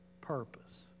purpose